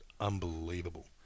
unbelievable